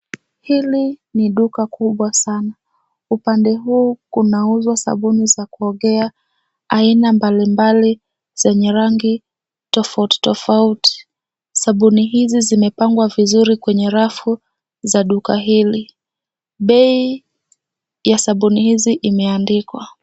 Hili ni duka kubwa sana. Upande huu kunuzwa sabuni za kuogea aina mbalimbali zenye rangi tofautitofauti, sabuni hizi zimepangwa vizuri kwenye rafu za duka hili. Bei ya sabuni hizi imeandikwa.